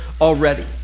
already